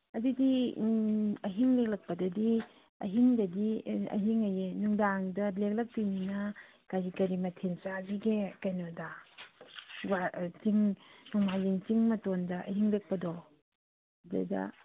ꯑꯗꯨꯗꯤ ꯑꯍꯤꯡ ꯂꯦꯛꯂꯛꯄꯗꯗꯤ ꯑꯍꯤꯡꯗꯗꯤ ꯑꯦ ꯑꯍꯤꯡ ꯍꯥꯏꯌꯦ ꯅꯨꯡꯗꯥꯡꯗ ꯂꯦꯛꯂꯛꯇꯣꯏꯅꯤꯅ ꯀꯔꯤ ꯀꯔꯤ ꯃꯊꯦꯟ ꯆꯥꯁꯤꯒꯦ ꯀꯩꯅꯣꯗ ꯆꯤꯡ ꯅꯣꯡꯃꯥꯏꯖꯤꯡ ꯆꯤꯡ ꯃꯇꯣꯟꯗ ꯑꯍꯤꯡ ꯂꯦꯛꯄꯗꯣ ꯑꯗꯩꯗ